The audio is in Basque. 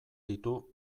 ditu